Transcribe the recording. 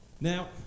Now